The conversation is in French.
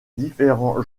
différents